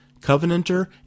Covenanter